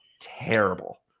Terrible